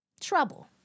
trouble